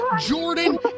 Jordan